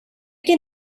can